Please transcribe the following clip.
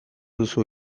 duzu